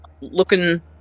looking